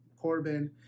Corbin